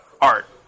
art